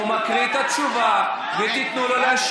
אבל הוא, הוא מקריא את התשובה ותיתנו לו להשיב.